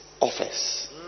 office